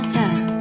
time